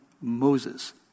Moses